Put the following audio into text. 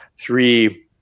three